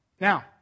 Now